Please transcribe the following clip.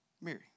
Mary